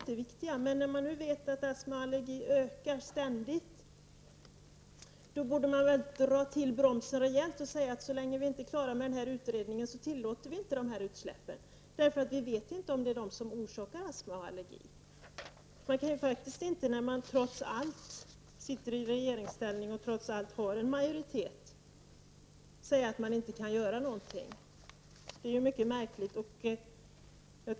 Men antalet människor som får astma eller någon form av allergi ökar ju ständigt. Mot den bakgrunden borde man dra åt bromsen och säga: Så länge vi inte är klara med utredningen tillåts inga sådana här utsläpp. Man vet ju då inte säkert om det är sådana här utsläpp som ger upphov till astma och allergier. När man sitter i regeringsställning och trots allt har majoritet kan man inte säga att man inte kan göra någonting. Det är mycket märkligt att göra så.